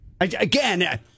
Again